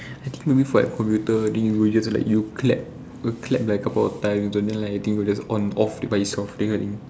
i think you wait for computer then you would just like you clap you clap like a couple of time then like just the thing will just on off it by itself that kind of thing